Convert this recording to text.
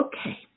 Okay